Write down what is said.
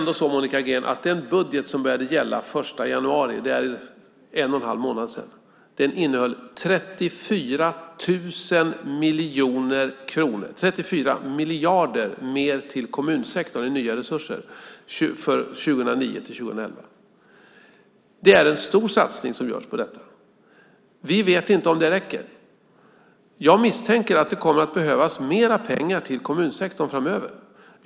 Den budget som började gälla den 1 januari, för en och en halv månad sedan, innehöll 34 miljarder mer till kommunsektorn, alltså nya resurser, för åren 2009-2011. Det är en stor satsning som görs på det området. Vi vet inte om det räcker. Jag misstänker att det kommer att behövas mer pengar till kommunsektorn framöver.